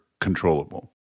controllable